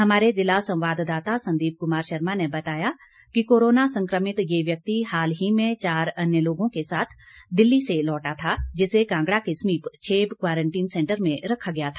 हमारे ज़िला संवाददाता संदीप कुमार शर्मा ने बताया कि कोरोना संक्रमित ये व्यक्ति हाल ही में चार अन्य लोगों के साथ दिल्ली से लौटा था जिसे कांगड़ा के समीप छेब क्वारंटीन सैंटर में रखा गया था